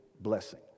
blessing